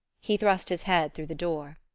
he thrust his head through the door.